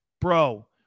Bro